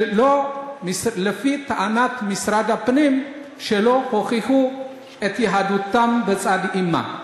שלפי טענת משרד הפנים הם לא הוכיחו את יהדותם מצד אימא.